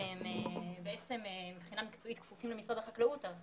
שמבחינה מקצועית כפופים למשרד החקלאות אך